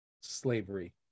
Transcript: slavery